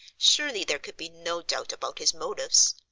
surely there could be no doubt about his motives?